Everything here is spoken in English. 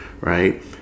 right